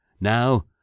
Now